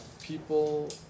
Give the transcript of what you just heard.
people